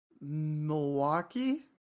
Milwaukee